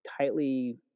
tightly